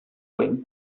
going